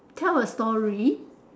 tell a story